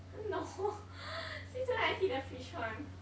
!huh! no since when I see the fridge one